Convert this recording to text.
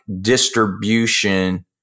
distribution